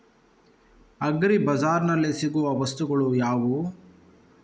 Agri ಬಜಾರ್ನಲ್ಲಿ ಸಿಗುವ ವಸ್ತುಗಳು ಯಾವುವು?